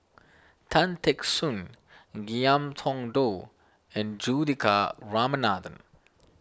Tan Teck Soon Ngiam Tong Dow and Juthika Ramanathan